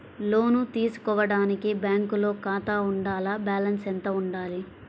లోను తీసుకోవడానికి బ్యాంకులో ఖాతా ఉండాల? బాలన్స్ ఎంత వుండాలి?